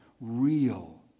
real